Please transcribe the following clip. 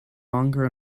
longer